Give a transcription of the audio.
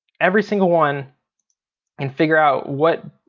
every single one and figure out what,